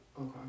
Okay